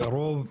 קרוב,